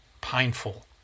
painful